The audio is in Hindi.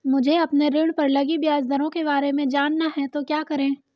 मुझे अपने ऋण पर लगी ब्याज दरों के बारे में जानना है तो क्या करें?